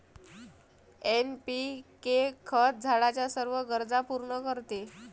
NPK खत झाडाच्या सर्व गरजा पूर्ण करते